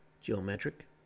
Geometric